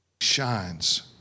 Shines